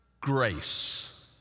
grace